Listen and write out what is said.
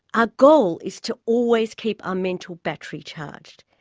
our goal is to always keep our mental battery charged.